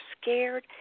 scared